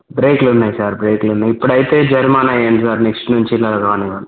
బ్రేక్లు ఉన్నాయ్ సార్ బ్రేక్లు ఉన్నాయి ఇప్పుడైతే జుర్మానా వెయ్యండి సార్ నెక్స్ట్ నుంచి ఇలా రాను అసలు